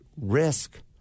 risk